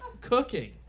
cooking